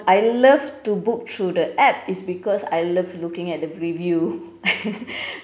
I love to book through the app is because I love looking at the review